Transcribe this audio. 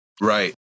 right